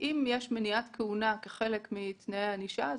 אם יש מניעת כהונה כחלק מתנאי הענישה.